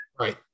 Right